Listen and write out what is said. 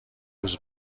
روز